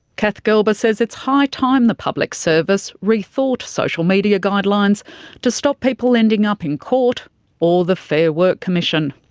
kath gelber says it's high time the public service rethought social media guidelines to stop people ending up in court or the fair work commission.